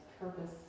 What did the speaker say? purpose